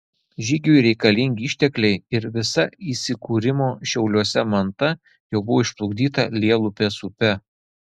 žygiui reikalingi ištekliai ir visa įsikūrimo šiauliuose manta jau buvo išplukdyta lielupės upe